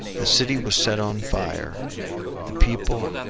the city was set on fire the people,